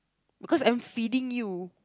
because I am feeding you